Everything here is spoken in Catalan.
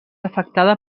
afectada